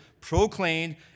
proclaimed